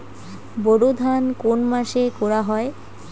বোরো ধান কোন মাসে করা হয়?